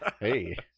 Hey